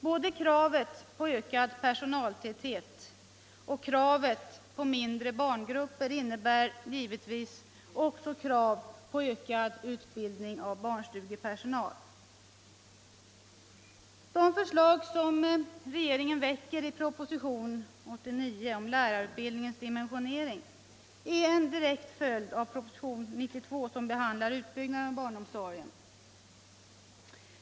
Både kravet på ökad personaltäthet och kravet på mindre barngrupper innebär givetvis också krav på ökad utbildning av barnstugepersonal. ningens dimensionering är en direkt följd av propositionen 92, som behandlar utbyggnaden av barnomsorgen.